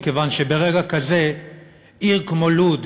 מכיוון שברגע כזה עיר כמו לוד,